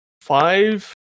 five